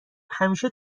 همیشه